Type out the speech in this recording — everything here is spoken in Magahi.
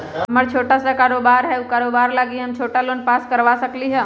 हमर छोटा सा कारोबार है उ कारोबार लागी हम छोटा लोन पास करवा सकली ह?